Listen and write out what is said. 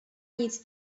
nic